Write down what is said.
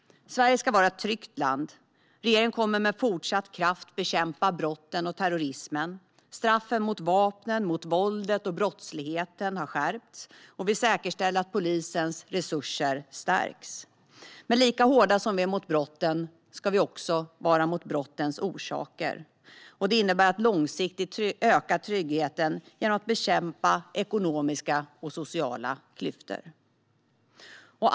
Sverige ska vara ett tryggt land. Regeringen kommer med fortsatt kraft att bekämpa brotten och terrorismen. Straffen mot olaga innehav av vapen, våldet och brottsligheten har skärpts, och vi säkerställer att polisens resurser stärks. Lika hårda som vi är mot brotten ska vi också vara mot brottens orsaker. Det innebär att långsiktigt öka tryggheten genom att bekämpa ekonomiska och sociala klyftor.